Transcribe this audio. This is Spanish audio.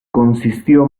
consistió